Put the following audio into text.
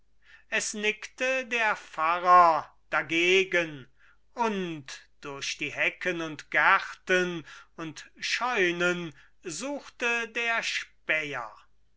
es nickte der pfarrer dagegen und durch die hecken und gärten und scheunen suchte der späher